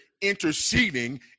interceding